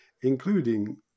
including